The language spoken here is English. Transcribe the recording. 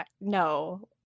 No